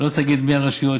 אני לא רוצה להגיד מי הרשויות,